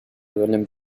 duelen